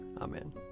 amen